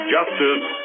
Justice